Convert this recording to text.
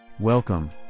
Welcome